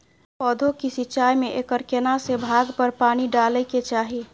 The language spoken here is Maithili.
पौधों की सिंचाई में एकर केना से भाग पर पानी डालय के चाही?